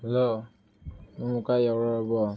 hello ꯅꯧꯕꯨ ꯀꯥꯏ ꯌꯧꯔꯛꯑꯕꯣ